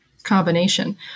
Combination